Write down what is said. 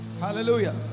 Hallelujah